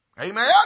Amen